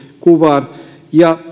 kuvaan ja